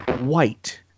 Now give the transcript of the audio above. white